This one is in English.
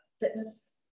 fitness